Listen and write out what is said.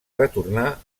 retornar